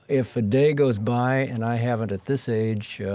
if a day goes by and i haven't, at this age,